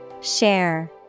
Share